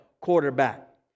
quarterback